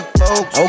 folks